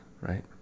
right